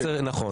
נכון.